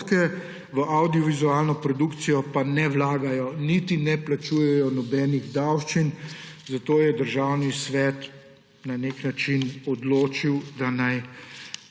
v avdiovizualno produkcijo pa ne vlagajo niti ne plačujejo nobenih davščin. Zato je Državni svet na nek način odločil, da naj